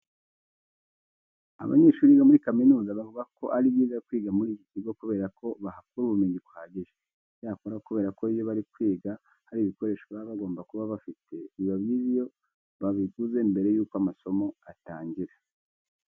Abanyeshuri biga muri kaminuza bavuga ko ari byiza kwiga muri iki kigo kubera ko bahakura ubumenyi buhagije. Icyakora kubera ko iyo bari kwiga hari ibikoresho baba bagomba kuba bafite, biba byiza iyo babiguze mbere y'uko amasomo atangira.